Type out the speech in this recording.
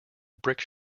brick